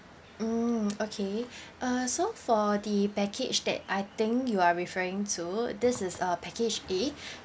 mm okay uh so for the package that I think you are referring to this is uh package A